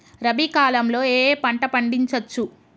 రబీ కాలంలో ఏ ఏ పంట పండించచ్చు?